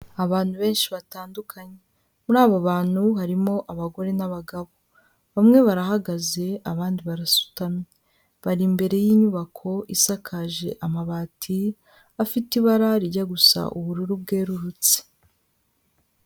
Abantu benshi batandukanye muri abo bantu harimo abagore n'abagabo, bamwe barahagaze abandi barasutamye, bari imbere y'inyubako isakaje amabati afite ibara rijya gusa ubururu bwererutse.